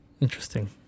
Interesting